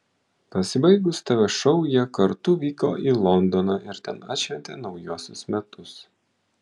pasibaigus tv šou jie kartu vyko į londoną ir ten atšventė naujuosius metus